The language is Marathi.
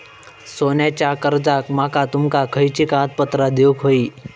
सोन्याच्या कर्जाक माका तुमका खयली कागदपत्रा देऊक व्हयी?